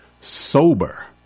Sober